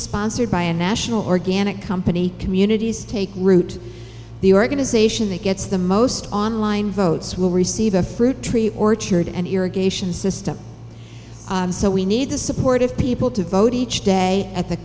sponsored by a national organic company communities take root the organization that gets the most online votes will receive a fruit tree orchard and irrigation system so we need the support of people to vote each day at the